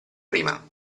prima